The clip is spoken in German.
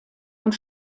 und